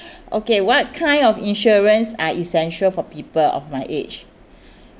okay what kind of insurance are essential for people of my age